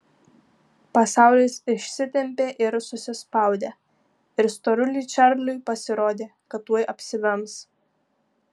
pasaulis išsitempė ir susispaudė ir storuliui čarliui pasirodė kad tuoj apsivems